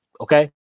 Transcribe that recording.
okay